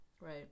Right